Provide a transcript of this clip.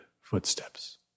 footsteps